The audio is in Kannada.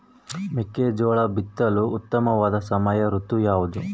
ಮೆಕ್ಕೆಜೋಳ ಬಿತ್ತಲು ಉತ್ತಮವಾದ ಸಮಯ ಋತು ಯಾವುದು?